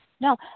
no